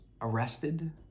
arrested